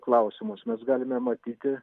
klausimus mes galime matyti